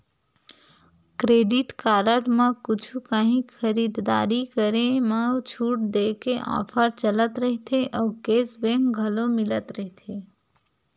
credit card म कुछु काही खरीददारी करे म छूट देय के ऑफर चलत रहिथे अउ केस बेंक घलो मिलत रहिथे